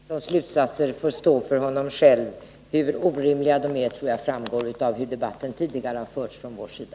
Herr talman! Sture Ericsons slutsatser får stå för honom själv. Hur orimliga de är tror jag framgår av hur debatten tidigare har förts från vår sida.